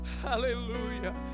Hallelujah